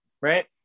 right